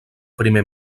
primer